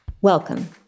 Welcome